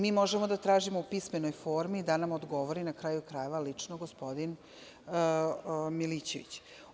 Mi možemo da tražimo u pismenoj formi da nam odgovori, na kraju krajeva, lično gospodin Milićević.